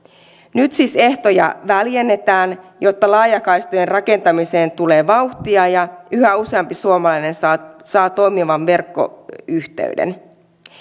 nyt siis ehtoja väljennetään jotta laajakaistojen rakentamiseen tulee vauhtia ja yhä useampi suomalainen saa saa toimivan verkkoyhteyden